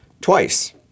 twice